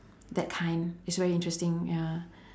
that kind is very interesting ya